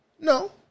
No